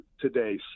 today